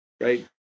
Right